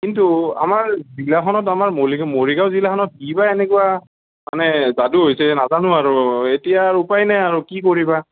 কিন্তু আমাৰ জিলাখনত আমাৰ মৰিগাঁও জিলাখনত কি বা এনেকুৱা মানে যাদু হৈছে নাজানো আৰু এতিয়া আৰু উপায় নাই আৰু কি কৰিবা